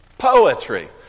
poetry